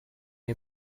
you